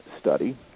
study